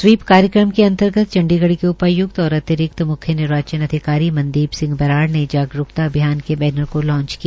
SVEEP काय्रक्रम के अंतर्गत उपायुक्त और अतिरिक्त मुख्य निर्वाचन अधिकारी सिंह मनदीप सिंह बराड़ ने जागरूकता अभियान के बैनर को लांच किया